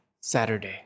Saturday